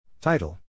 Title